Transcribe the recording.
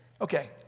Okay